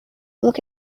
look